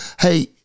hey